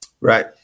Right